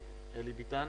ואת אלי ביתן,